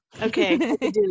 okay